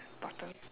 bottom